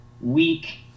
weak